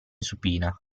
supina